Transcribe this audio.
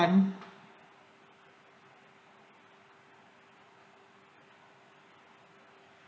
an